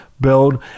build